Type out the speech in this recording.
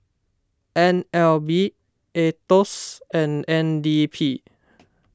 N L B Aetos and N D P